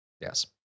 Yes